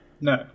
No